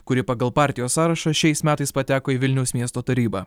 kuri pagal partijos sąrašą šiais metais pateko į vilniaus miesto tarybą